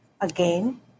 again